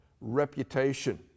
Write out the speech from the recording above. reputation